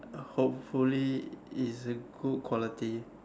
hopefully is good quality